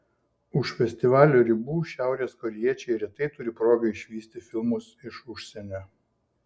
už festivalio ribų šiaurės korėjiečiai retai turi progą išvysti filmus iš užsienio